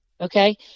Okay